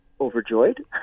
overjoyed